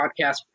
podcast